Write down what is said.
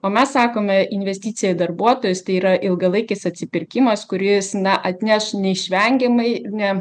o mes sakome investicija į darbuotojus tai yra ilgalaikis atsipirkimas kuris na atneš neišvengiamai ne